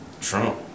Trump